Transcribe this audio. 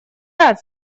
рад